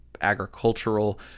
agricultural